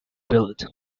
built